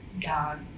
God